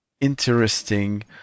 interesting